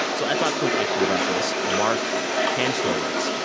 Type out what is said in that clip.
so i talked to an expert about this mark kantrowitz.